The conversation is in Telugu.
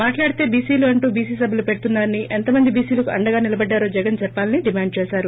మాట్లాడితే బీసీలు అంటూ బీసీ సభలు పెడుతున్నారని ఎంతమంది బీసీలకు అండగా నిలబడ్డారో జగన్ చెప్పాలని డిమాండ్ చేశారు